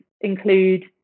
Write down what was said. include